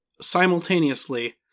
simultaneously